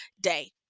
day